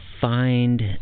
find